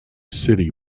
city